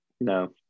No